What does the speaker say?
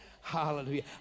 hallelujah